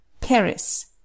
Paris